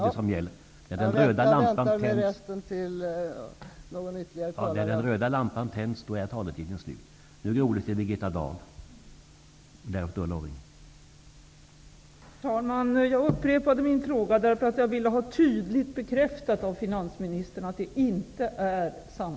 Jag vill .